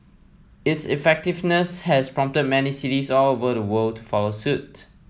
its effectiveness has prompted many cities all over the world follow suit